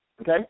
okay